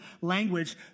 language